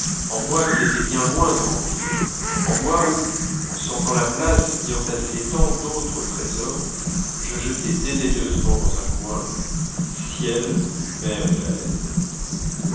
en moi qu'il était bien loin de remplir en moi où en sentant la place d'y entasser tant d'autres trésors je jetais